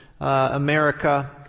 America